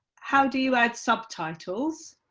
how do you add subtitles?